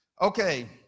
Okay